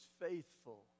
faithful